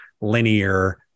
linear